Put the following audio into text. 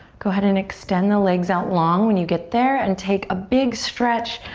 go ahead and extend the legs out long when you get there and take a big stretch.